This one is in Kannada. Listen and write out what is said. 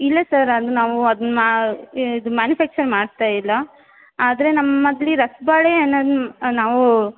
ಇಲ್ಲ ಸರ್ ಅದು ನಾವು ಅದು ಮಾ ಇದು ಮ್ಯಾನಿಫ್ಯಾಕ್ಚರ್ ಮಾಡ್ತಾ ಇಲ್ಲ ಆದರೆ ನಮ್ಮಲ್ಲಿ ರಸಬಾಳೆ ಅನ್ನೋದು ನಾವು